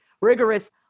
rigorous